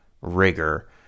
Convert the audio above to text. rigor